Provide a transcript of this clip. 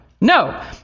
No